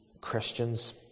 Christians